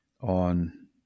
on